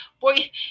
Boy